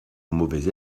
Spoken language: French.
mauvais